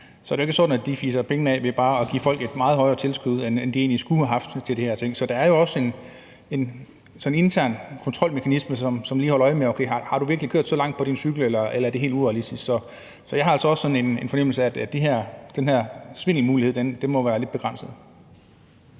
hvem det nu kan være, bare fiser penge af ved at give folk et meget højere tilskud, end de egentlig skulle have haft, til de her ting. Så der er jo også sådan en intern kontrolmekanisme, som lige holder øje med, om du virkelig har kørt så langt på din cykel, eller om det er helt urealistisk. Så jeg har altså også sådan en fornemmelse af, at den her svindelmulighed må være begrænset.